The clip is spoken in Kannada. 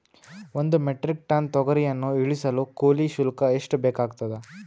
ಒಂದು ಮೆಟ್ರಿಕ್ ಟನ್ ತೊಗರಿಯನ್ನು ಇಳಿಸಲು ಕೂಲಿ ಶುಲ್ಕ ಎಷ್ಟು ಬೇಕಾಗತದಾ?